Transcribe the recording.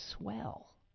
swell